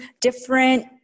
different